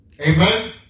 Amen